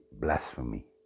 blasphemy